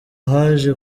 haje